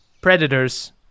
predators